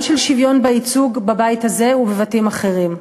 עולם של שוויון בייצוג בבית הזה ובבתים אחרים,